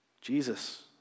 Jesus